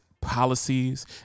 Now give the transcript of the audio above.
policies